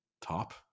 Top